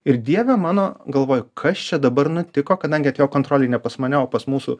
ir dieve mano galvoju kas čia dabar nutiko kadangi atėjo kontrolei ne pas mane o pas mūsų